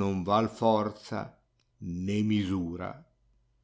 non vai forza né misura